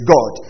God